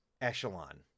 echelon